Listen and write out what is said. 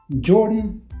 Jordan